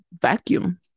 vacuum